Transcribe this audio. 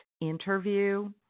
interview